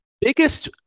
biggest